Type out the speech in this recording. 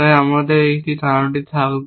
তাই আমাদের এই ধারণাটি থাকবে